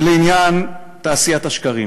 לעניין תעשיית השקרים,